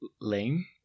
lame